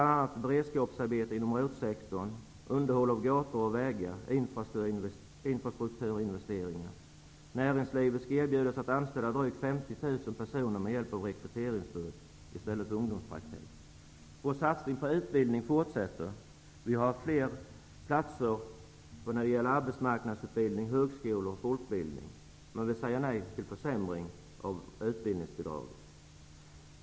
Det skall ske genom bl.a. Näringslivet skall erbjudas att anställa drygt 50 000 Vår satsning på utbildning fortsätter. Vi föreslår fler platser i arbetsmarknadsutbildning, vid högskolorna och i folkbildning, men vi säger nej till försämring av utbildningsbidragen.